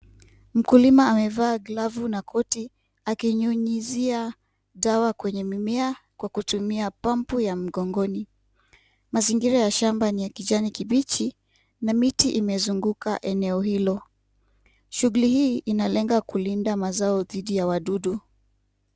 Mkulima amevaa glavu na koti akinyunyuzia dawa kwenye mimea kwa kutumia pump ya mgongoni. Mazingira ya shamba ni ya kijani kibichi na mti imezunguka eneo hilo. Shughuli hii inalenga kulinda mazao dhidi ya wadudu.